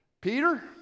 Peter